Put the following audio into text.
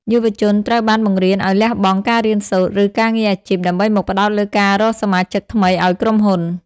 យុវជនត្រូវបានបង្រៀនឱ្យ "លះបង់" ការរៀនសូត្រ ឬការងារអាជីព ដើម្បីមកផ្តោតលើការរកសមាជិកថ្មីឱ្យក្រុមហ៊ុន។